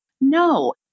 no